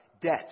Debt